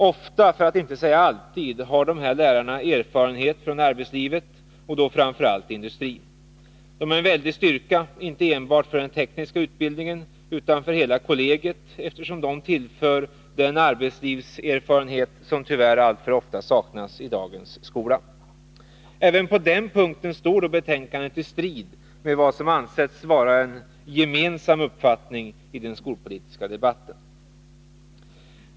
Ofta, för att inte säga alltid, har dessa lärare erfarenhet från arbetslivet och då framför allt industrin. De är en väldig styrka inte enbart för den tekniska utbildningen utan för hela kollegiet, eftersom de tillför den arbetslivserfarenhet som tyvärr alltför ofta saknas i dagens skola. Även på denna punkt står betänkandet i strid med vad som ansetts vara en gemensam uppfattning i den skolpolitiska debatten.